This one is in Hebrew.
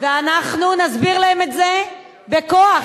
ואנחנו נסביר להם את זה בכוח,